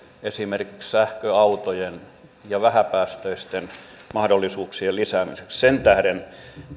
esimerkiksi sähköautojen ja vähäpäästöisten mahdollisuuksien lisäämiseksi sen tähden